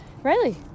Riley